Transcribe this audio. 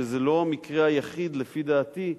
שזה לא המקרה היחיד, לפי דעתי,